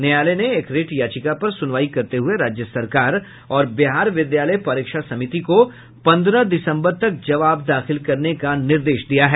न्यायालय ने एक रिट याचिका पर सुनवाई करते हये राज्य सरकार और बिहार विद्यालय परीक्षा समिति को पंद्रह दिसंबर तक जवाब दाखिल करने का निर्देश दिया है